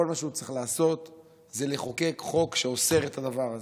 כל מה שהוא צריך לעשות הוא לחוקק חוק שאוסר את הדבר הזה.